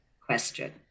question